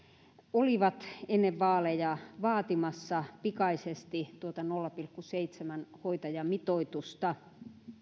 olivat ennen vaaleja vaatimassa pikaisesti tuota nolla pilkku seitsemän hoitajamitoitusta